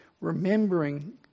remembering